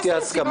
זה חשוב.